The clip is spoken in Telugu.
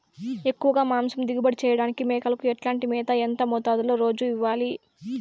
ఎక్కువగా మాంసం దిగుబడి చేయటానికి మేకలకు ఎట్లాంటి మేత, ఎంత మోతాదులో రోజు ఇవ్వాలి?